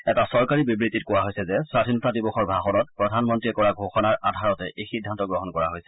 এটা চৰকাৰী বিবৃতিত কোৱা হৈছে যে স্বধীনতা দিৱসৰ ভাষণত প্ৰধানমন্ত্ৰীয়ে কৰা ঘোষণাৰ আধাৰতে এই সিদ্ধান্ত গ্ৰহণ কৰা হৈছে